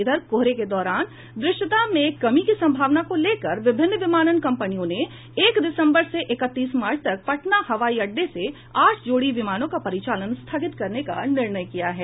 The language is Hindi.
इधर कोहरे के दौरान दृश्यता में कमी की संभावना को लेकर विभिन्न विमानन कंपनियों ने एक दिसम्बर से एकतीस मार्च तक पटना हवाई अड़डे से आठ जोड़ी विमानों का परिचालन स्थगित करने का निर्णय किया है